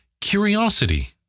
curiosity